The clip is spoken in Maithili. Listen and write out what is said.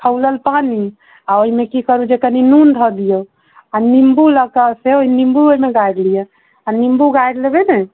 खौलल पानी आ ओहिमे की करू जे कनि नून धऽ दियौ आ निम्बू लऽ कऽ से निम्बू ओहिमे गाड़ि लिअ आ निम्बू गाड़ि लेबै ने